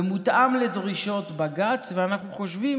ומותאם לדרישות בג"ץ, ואנחנו חושבים